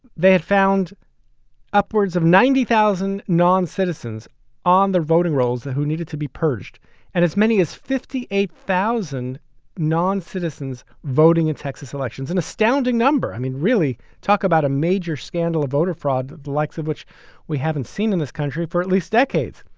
they had found upwards of ninety thousand noncitizens on the voting rolls who needed to be purged and as many as fifty a thousand non-citizens voting in texas elections, an astounding number, i mean, really talk about a major scandal of voter fraud, the likes of which we haven't seen in this country for at least decades.